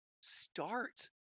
start